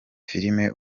filime